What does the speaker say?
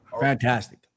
Fantastic